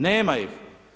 Nema ih.